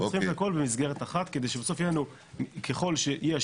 אנחנו צריכים את הכול במסגרת אחת,